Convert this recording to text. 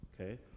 okay